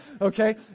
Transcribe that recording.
okay